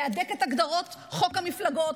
להדק את הגדרות חוק המפלגות,